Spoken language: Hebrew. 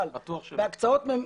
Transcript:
בטוח שלא.